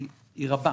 הם רבים: